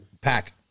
pack